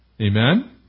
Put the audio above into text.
Amen